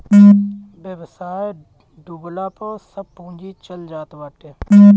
व्यवसाय डूबला पअ सब पूंजी चल जात बाटे